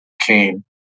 Cain